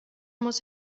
muss